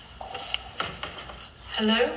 Hello